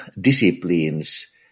disciplines